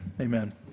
amen